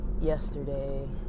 yesterday